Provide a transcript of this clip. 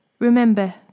Remember